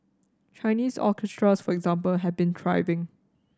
Chinese orchestras for example have been thriving